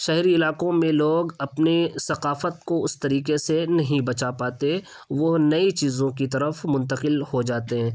شہری علاقوں میں لوگ اپنی ثقافت کو اس طریقے سے نہیں بچا پاتے وہ نئی چیزوں کی طرف منتقل ہو جاتے ہیں